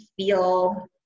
feel